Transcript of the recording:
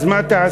אז מה תעשה?